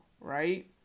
right